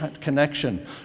connection